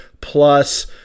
plus